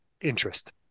interest